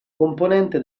componente